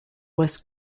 was